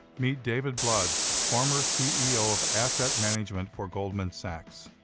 meet david blood, former ceo of asset management for goldman sachs.